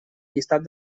llistat